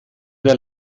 der